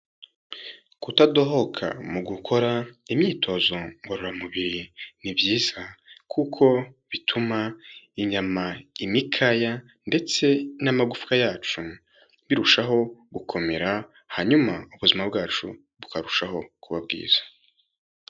Kutadohoka mu gukora imyitozo ngororamubiri ni byiza kuko bituma inyama, imikaya ndetse n'amagufwa yacu birushaho gukomera hanyuma ubuzima bwacu bukarushaho kuba bwiza.